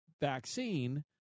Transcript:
vaccine